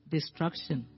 Destruction